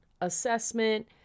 assessment